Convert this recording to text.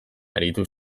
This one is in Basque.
aritu